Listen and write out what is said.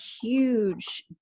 huge